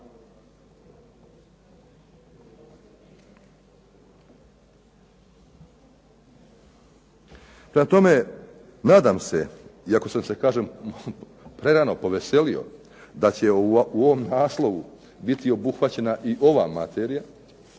Prema tome, nadam se, iako sam se kažem prerano poveselio da će u ovom naslovu biti obuhvaćena i ova materija,